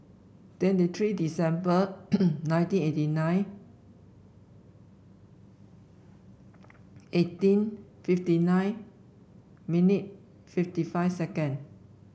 twenty three December nineteen eighty nine eighteen fifty nine minute fifty five second